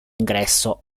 ingresso